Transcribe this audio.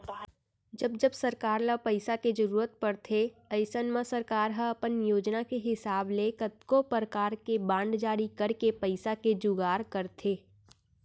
जब जब सरकार ल पइसा के जरूरत परथे अइसन म सरकार ह अपन योजना के हिसाब ले कतको परकार के बांड जारी करके पइसा के जुगाड़ करथे